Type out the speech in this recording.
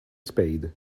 spade